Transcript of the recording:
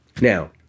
Now